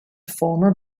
former